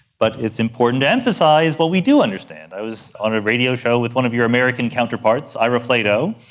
but it's important to emphasise what we do understand. i was um a radio show with one of your american counterparts, ira flatow,